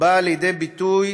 באה לידי ביטוי